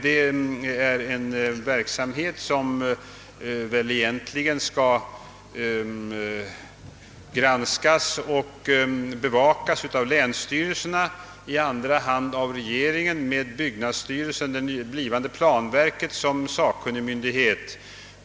Detta är en verksamhet som väl egentligen skall granskas och bevakas av länsstyrelserna, i andra hand av regeringen med byggnadsstyrelsen, alltså det blivande planverket, som sakkunnig myndighet.